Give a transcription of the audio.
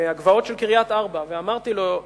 מהגבעות של קריית-ארבע, ואמרתי לו: